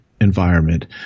environment